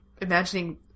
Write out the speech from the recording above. imagining